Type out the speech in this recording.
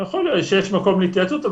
יכול להיות שיש מקום להתייעצות,